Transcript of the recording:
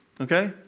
Okay